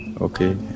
okay